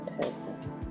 person